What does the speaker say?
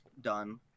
done